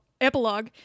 epilogue